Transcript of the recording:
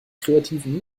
kreativen